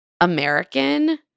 american